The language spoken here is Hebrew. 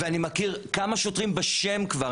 ואני מכיר כמה שוטרים בשם כבר,